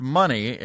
money